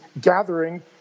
gathering